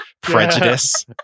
prejudice